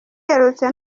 iherutse